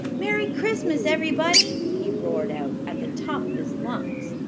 merry christmas, ev'rybody! he roared out, at the top of his lungs.